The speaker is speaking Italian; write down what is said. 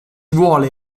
vuole